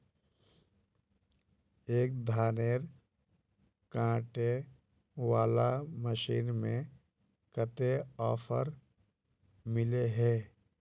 एक धानेर कांटे वाला मशीन में कते ऑफर मिले है?